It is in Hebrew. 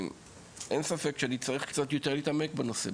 אין ספק שאני צריך קצת יותר להתעמק בנושא,